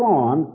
on